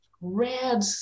red